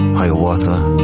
hiawatha,